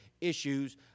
issues